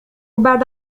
بعد